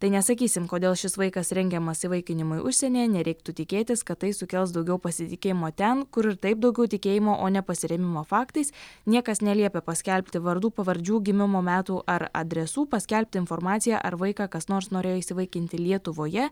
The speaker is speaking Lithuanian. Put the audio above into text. tai nesakysim kodėl šis vaikas rengiamas įvaikinimui užsienyje nereiktų tikėtis kad tai sukels daugiau pasitikėjimo ten kur ir taip daugiau tikėjimo o ne pasirėmimo faktais niekas neliepia paskelbti vardų pavardžių gimimo metų ar adresų paskelbti informaciją ar vaiką kas nors norėjo įsivaikinti lietuvoje